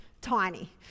Tiny